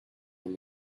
been